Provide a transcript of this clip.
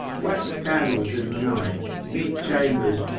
wax candles in the night, neat chambers,